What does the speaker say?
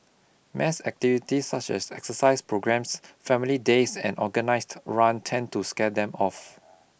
mass activities such as exercise programmes family days and organised run tend to scare them off